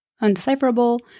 undecipherable